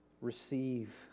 receive